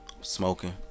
Smoking